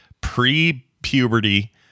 pre-puberty